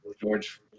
George